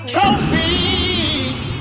Trophies